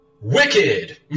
Wicked